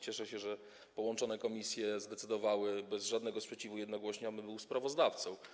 Cieszę się, że połączone komisje zdecydowały bez żadnego sprzeciwu, jednogłośnie, abym był sprawozdawcą.